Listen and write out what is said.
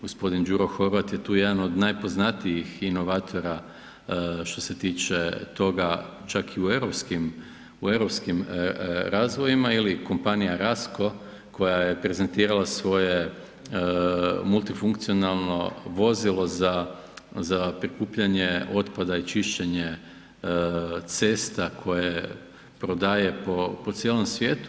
Gospodin Đuro Horvat je tu jedan od najpoznatijih inovatora što se tiče toga čak i u europskim razvojima ili Kompanija Rasco koja je prezentirala svoje multifunkcionalno vozilo za prikupljanje otpada i čišćenje cesta koje prodaje po cijelom svijetu.